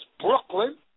Brooklyn